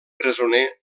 presoner